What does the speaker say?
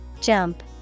Jump